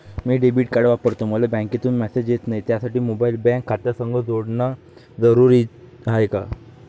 मी debit card वापरतो मले बँकेतून मॅसेज येत नाही, त्यासाठी मोबाईल बँक खात्यासंग जोडनं जरुरी हाय का?